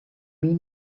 mean